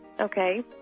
Okay